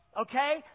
okay